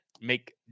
make